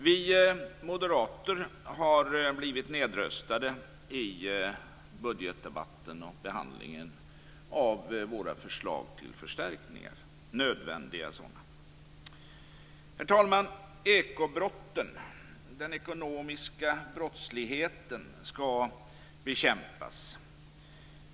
Vi moderater har blivit nedröstade i budgetdebatten och behandlingen av våra förslag till nödvändiga förstärkningar. Herr talman! Ekobrotten, den ekonomiska brottsligheten, skall bekämpas.